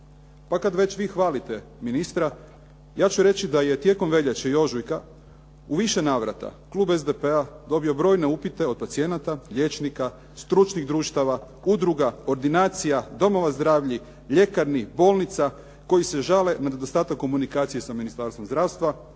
Pa kad već vi hvalite ministra, ja ću reći da je tijekom veljače i ožujka u više navrata klub SDP-a dobio brojne upite od pacijenata, liječnika, stručnih društava, udruga, ordinacija, domova zdravlja, ljekarni, bolnica koji se žale na nedostatak komunikacije sa Ministarstvom zdravstva,